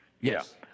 Yes